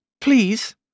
Please